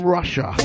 Russia